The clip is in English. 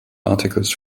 articles